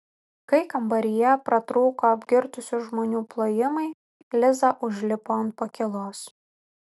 kai kambaryje pratrūko apgirtusių žmonių plojimai liza užlipo ant pakylos